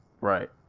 Right